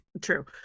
True